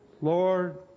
Lord